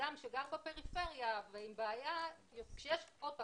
אדם שגר בפריפריה עוד פעם,